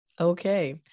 Okay